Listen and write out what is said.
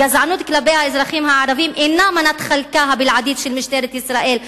הגזענות כלפי האזרחים הערבים אינה מנת חלקה הבלעדית של משטרת ישראל,